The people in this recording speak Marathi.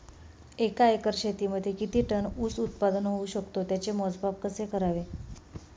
एका एकर शेतीमध्ये किती टन ऊस उत्पादन होऊ शकतो? त्याचे मोजमाप कसे करावे?